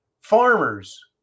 farmers